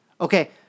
Okay